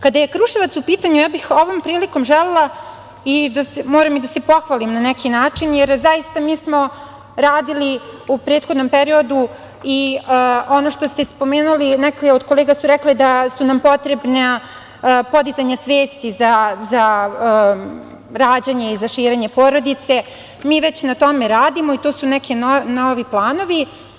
Kada je Kruševac u pitanju, ja ovom prilikom želela i moram i da se pohvalim na neki način, jer zaista mi smo radili u prethodnom periodu i ono što ste spomenuli… neko od kolega je rekao da nam je potrebno podizanje svesti za rađanje i za širenje porodice, mi već na tome radimo i to su neki novi planovi.